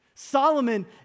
Solomon